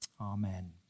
Amen